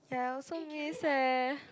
ya I also miss eh